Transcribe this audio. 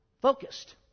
Focused